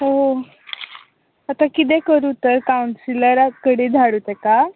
हय आता कितें करूं तर कांवसीलरा कडेन धाडू तेका